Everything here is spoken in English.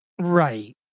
Right